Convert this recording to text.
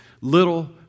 little